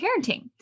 parenting